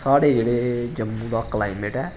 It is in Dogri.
साढ़े जेह्डे जम्मू दा कलाइमेट ऐ